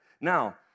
Now